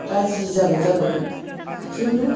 दा जि जाबाय जाबाय बेफोरनो